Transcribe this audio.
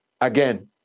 again